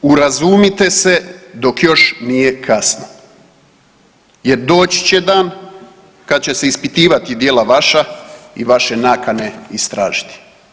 Urazumite se dok još nije kasno jer doći će dan kad će se ispitivati djela vaša i vaše nakane istražiti.